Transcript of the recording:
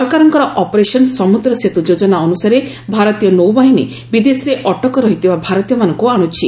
ସରକାରଙ୍କର ଅପରେସନ୍ ସମୁଦ୍ର ସେତୁ ଯୋଜନା ଅନୁସାରେ ଭାରତୀୟ ନୌବାହିନୀ ବିଦେଶରେ ଅଟକ ରହିଥିବା ଭାରତୀୟମାନଙ୍କୁ ଆଣୁଛି